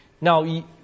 Now